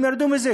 הם ירדו מזה,